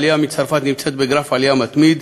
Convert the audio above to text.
העלייה מצרפת נמצאת בגרף עלייה מתמיד.